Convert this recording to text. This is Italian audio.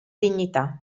dignità